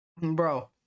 Bro